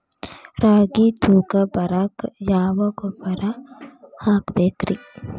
ರಾಗಿ ತೂಕ ಬರಕ್ಕ ಯಾವ ಗೊಬ್ಬರ ಹಾಕಬೇಕ್ರಿ?